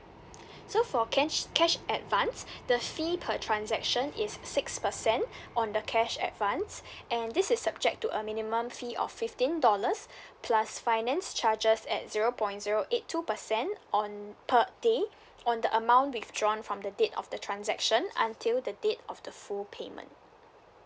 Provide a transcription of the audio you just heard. so for cash cash advance the fee per transaction is six percent on the cash advance and this is subject to a minimum fee of fifteen dollars plus finance charges at zero point zero eight two percent on per day on the amount withdrawn from the date of the transaction until the date of the full payment